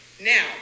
Now